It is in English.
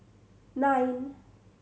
nine